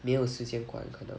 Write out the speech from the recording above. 没有时间管可能